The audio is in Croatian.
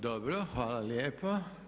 Dobro, hvala lijepa.